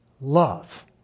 love